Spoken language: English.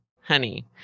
honey